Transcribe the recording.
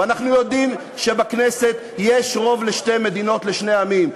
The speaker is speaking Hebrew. אנחנו יודעים שבכנסת יש רוב לשתי מדינות לשני עמים.